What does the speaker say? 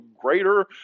greater